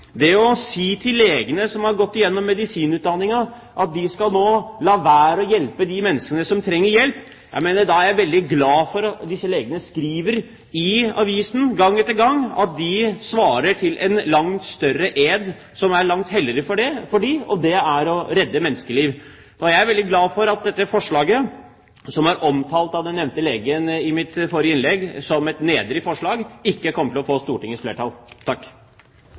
legene, som har gjennomgått medisinutdanningen, nå skal la være å hjelpe de menneskene som trenger hjelp, er det å si: Jeg er veldig glad for at disse legene skriver i avisen gang etter gang at de sverger til en langt større ed som er langt helligere for dem, og det er å redde menneskeliv. Jeg er veldig glad for at det forslaget som er omtalt av den nevnte legen i mitt forrige innlegg som et nedrig forslag, ikke kommer til å få Stortingets flertall.